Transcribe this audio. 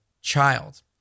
child